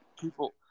people